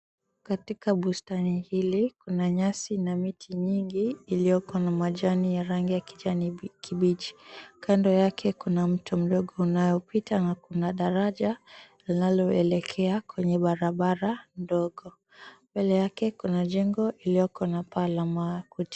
Katika bustani hili kuna miti na majani mingi ya rangi ya kijani kibichi. Kando yake kuna mto mdogo unaopita na daraja linaloelekea kwenye barabara ndogo. Mbele yake kuna jengo ilioko na paa la makuti.